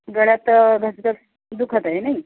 गळ्यात घसघस दुखत आहे नाही